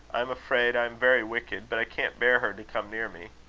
i am afraid i am very wicked, but i can't bear her to come near me.